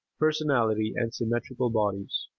personality and symmetrical bodies.